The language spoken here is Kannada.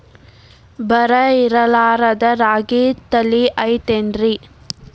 ಬರ ಇರಲಾರದ್ ರಾಗಿ ತಳಿ ಐತೇನ್ರಿ?